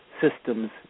systems